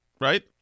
right